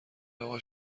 اقا